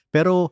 Pero